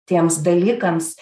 tiems dalykams